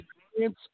experience